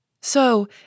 So